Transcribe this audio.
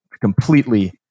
completely